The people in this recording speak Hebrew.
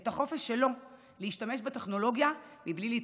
את החופש שלו להשתמש בטכנולוגיה מבלי להתמכר.